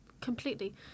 Completely